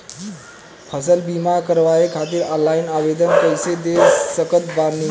फसल बीमा करवाए खातिर ऑनलाइन आवेदन कइसे दे सकत बानी?